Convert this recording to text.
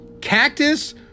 cactus